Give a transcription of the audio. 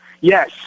Yes